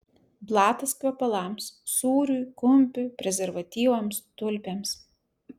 blatas kvepalams sūriui kumpiui prezervatyvams tulpėms